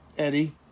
Eddie